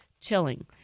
chilling